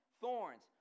Thorns